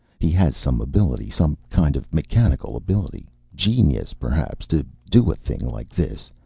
he has some ability, some kind of mechanical ability. genius, perhaps, to do a thing like this.